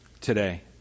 today